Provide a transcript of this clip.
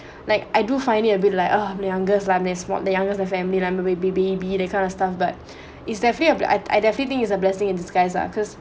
like I do find it a bit like ah I'm the youngest lah and small the youngest in the family lah like baby baby that kind of stuff but it's definitely I definitely is a blessing in disguise lah because